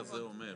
נכון.